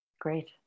Great